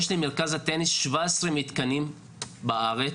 יש למרכז טניס 17 מתקנים בארץ,